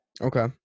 Okay